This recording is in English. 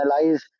analyze